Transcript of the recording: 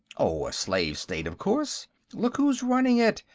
oh, a slave-state, of course look who's running it,